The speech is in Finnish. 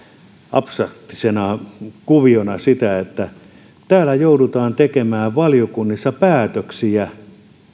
abstraktisena kuviona sitä että täällä valiokunnissa joudutaan tekemään päätöksiä